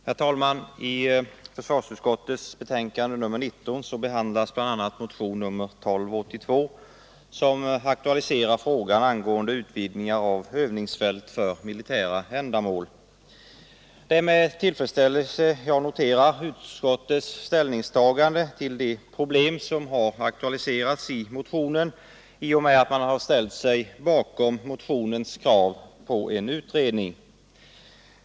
Herr talman! I försvarsutskottets betänkande nr 19 behandlas bl.a. motionen 1282, som aktualiserat frågan angående utvidgningar av övningsfält för militära ändamål. Det är med tillfredsställelse jag noterar utskottets ställningstagande till de problem som har aktualiserats i motionen i och med att utskottet ställer sig bakom motionens krav på en utredning.